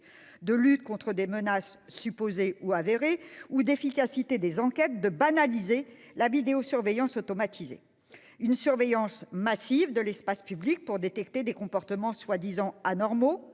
de lutte contre des menaces, supposées ou avérées, ou d'efficacité des enquêtes, de banaliser la vidéosurveillance automatisée. Cette surveillance massive de l'espace public a pour objet de détecter des comportements prétendument anormaux,